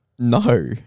No